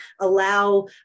allow